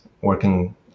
working